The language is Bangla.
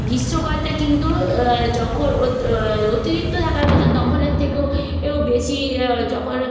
গ্রীষ্মকালটা কিন্তু যখন ওত্ অতিরিক্ত থাকার কথা তখনের থেকেও এও বেশি যখন